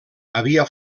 havia